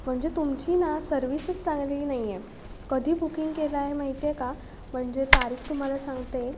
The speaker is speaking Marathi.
म्हणजे तुमची ना सर्विसच चांगली नाही आहे कधी बुकिंग केला आहे माहिती आहे का म्हणजे तारीख तुम्हाला सांगते